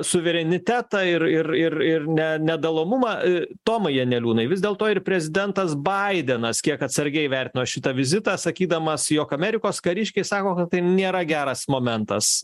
suverenitetą ir ir ir ir ne nedalomumą tomai janeliūnai vis dėlto ir prezidentas baidenas kiek atsargiai vertino šitą vizitą sakydamas jog amerikos kariškiai sako kad tai nėra geras momentas